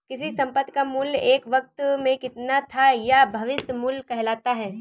किसी संपत्ति का मूल्य एक वक़्त में कितना था यह भविष्य मूल्य कहलाता है